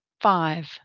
Five